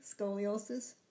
scoliosis